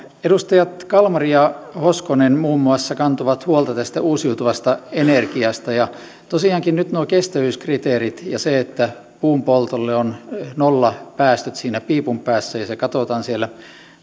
edustajat kalmari ja hoskonen kantoivat huolta tästä uusiutuvasta energiasta tosiaankin nyt nuo kestävyyskriteerit ja se että puunpoltolle on nollapäästöt siinä piipun päässä ja ne hakkuitten vaikutukset katsotaan siellä